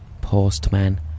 Postman